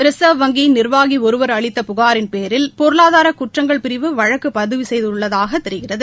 reserve வங்கியின் நிா்வாகி ஒருவா் அளித்த புகளின் பேரில் பொருளாதார குற்றங்கள் பிரிவு வழக்கு பதிவு செய்துள்ளதாக தெரிகிறது